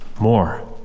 more